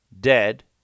dead